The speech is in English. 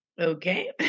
okay